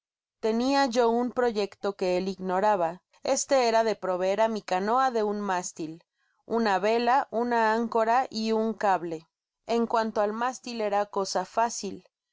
tenia yo un proyecto que él ignoraba este era de proveer á mi canoii de un mástil una vela una áncora y un cable en cnanto al mástil era cosa fácil